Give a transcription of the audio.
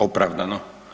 Opravdano.